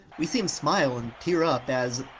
we see him smile and tear up as,